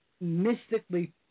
mystically